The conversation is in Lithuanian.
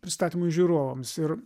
pristatymui žiūrovams ir